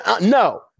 no